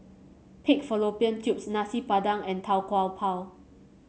Pig Fallopian Tubes Nasi Padang and Tau Kwa Pau